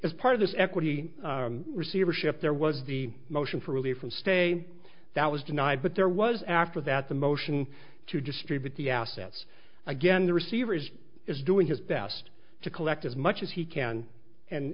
is part of this equity receivership there was the motion for relief will stay that was denied but there was after that the motion to distribute the assets again the receiver is is doing his best to collect as much as he can